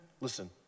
Listen